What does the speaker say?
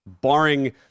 barring